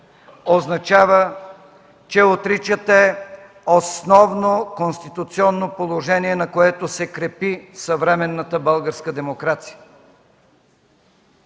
означава, че отричате основно конституционно положение, на което се крепи съвременната българска демокрация.